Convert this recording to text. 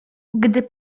gdy